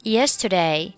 Yesterday